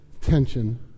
Tension